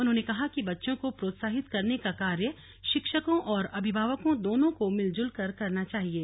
उन्होंने कहा कि बच्चों को प्रोत्साहित करने का कार्य शिक्षकों और अभिभावकों दोनों को मिलजुल कर करना चाहिये